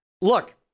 look